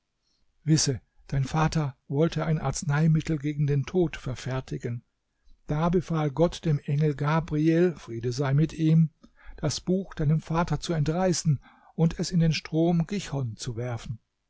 wisse dein vater wollte ein arzneimittel gegen den tod verfertigen da befahl gott dem engel gabriel friede sei mit ihm das buch deinem vater zu entreißen und es in den strom gichon zu werfen